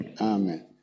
Amen